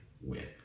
win